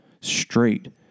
straight